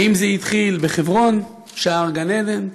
האם זה התחיל בחברון, שער גן עדן?